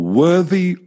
worthy